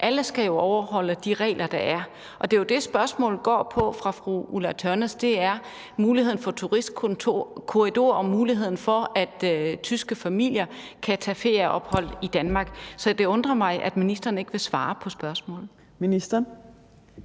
Alle skal jo overholde de regler, der er. Det er jo det, spørgsmålet fra fru Ulla Tørnæs går på. Det er muligheden for turistkorridorer og muligheden for, at tyske familier kan tage ferieophold i Danmark. Så det undrer mig, at ministeren ikke vil svare på spørgsmålet. Kl.